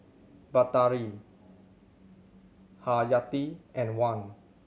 Batari Haryati and Wan